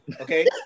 Okay